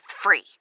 free